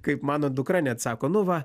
kaip mano dukra net sako nu va